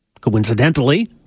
Coincidentally